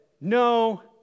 no